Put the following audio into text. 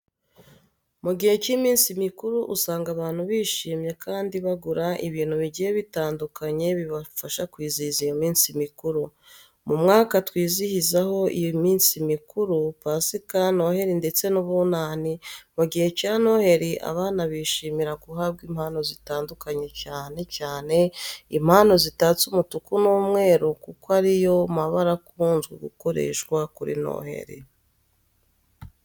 Mu gihe cy'iminsi mikuru usanga abantu bishimye kandi bagura ibintu bigiye bitandukanye bibafasha kwizihiza iyo minsi mikuru. Mu mwaka twizihizamo iyi minsi mikuru, pasika, noheri ndetse n'ubunani, mugihe cya noheri abana bishimira guhabwa impano zitandukanye cyane cyane impano zitatse umutuku n'umweru kuko ari yo mabara akunze gukoreshwa kuri noheri.